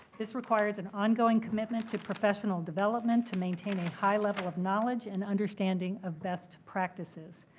this requires an ongoing commitment to professional development to maintain a high level of knowledge and understanding of best practices.